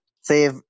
save